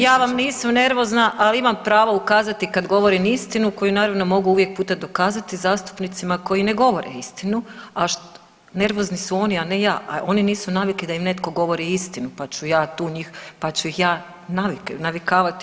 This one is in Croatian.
Ja vam nisam nervozna imam prava ukazati kad govorim istinu koju naravno mogu uvijek putem dokazati zastupnicima koji ne govore istinu, a nervozni su oni, a ne ja, a oni nisu navikli da im netko govori istinu pa ću ja tu njih, pa ću ih ja navikavati.